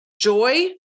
joy